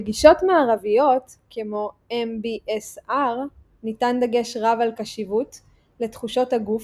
בגישות מערביות כמו MBSR ניתן דגש רב על קשיבות לתחושות הגוף